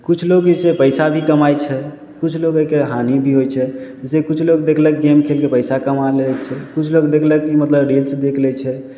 किछु लोग एहिसे पैसा भी कमाइ छै किछु लोक एहिके हानि भी होइ छै जैसेकि किछु लोक देखलक गेम खेलके पैसा कमा लै छै किछु लोक देखलक की मतलब रेस देख लै छै